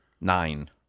nine